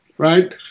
Right